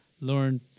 learn